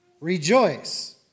rejoice